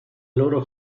loro